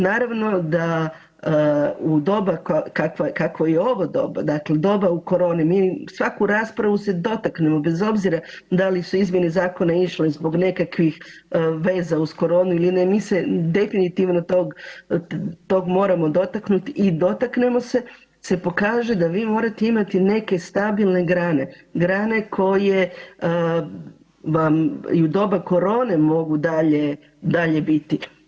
Naravno da u doba kakvo je ovo doba, dakle doba u koroni mi svaku raspravu se dotaknemo bez obzira da li su izmjene zakona išle zbog nekakvih veza uz koronu ili ne, mi se definitivno tog moramo dotaknuti i dotaknemo se, se pokaže da morate imati neke stabilne grane, grane koje vam i u doba korone dalje mogu biti.